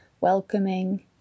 welcoming